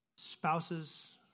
Spouses